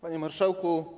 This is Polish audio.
Panie Marszałku!